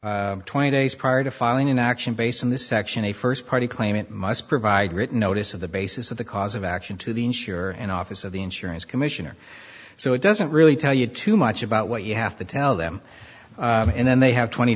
allow twenty days prior to filing an action based on the section a first party claimant must provide written notice of the basis of the cause of action to the insured and office of the insurance commissioner so it doesn't really tell you too much about what you have to tell them and then they have twenty